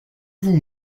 vous